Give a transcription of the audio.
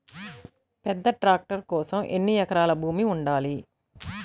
పెద్ద ట్రాక్టర్ కోసం ఎన్ని ఎకరాల భూమి ఉండాలి?